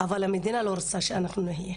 אבל המדינה לא רוצה שאנחנו נהיה,